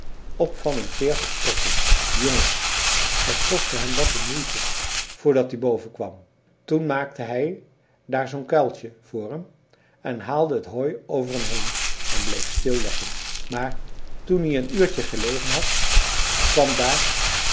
van en veertig sporten jongens dat kostte hem wat n moeite voor dat ie boven kwam toen maakte hij daar zoo'n kuiltje voor m en haalde het hooi over m heen en bleef stil leggen maar toen ie een uurtje gelegen had kwam daar